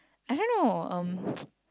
I don't know um